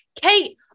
Kate